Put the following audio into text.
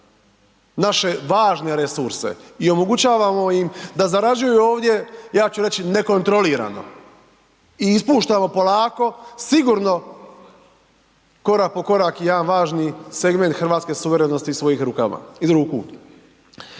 naše važne resurse i omogućavamo im da zarađuju ovdje, ja ću reći nekontrolirano i ispuštamo polako, sigurno, korak po korak, jedan važni segment hrvatske suvremenosti svojih ruku.